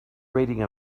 rating